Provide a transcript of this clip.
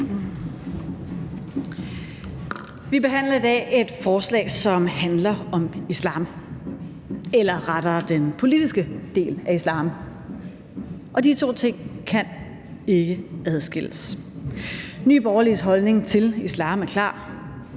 Vi behandler i dag et forslag, som handler om islam, eller rettere den politiske del af islam, og de to ting kan ikke adskilles. Nye Borgerliges holdning til islam er klar: